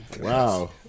Wow